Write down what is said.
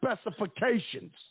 specifications